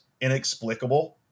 inexplicable